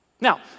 Now